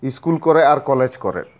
school ᱠᱚᱨᱮ ᱟᱨ college ᱠᱚᱨᱮ